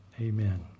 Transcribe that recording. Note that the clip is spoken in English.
Amen